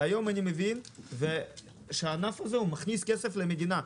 והיום אני מבין שהענף הזה מכניס כסף למדינה.